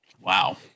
Wow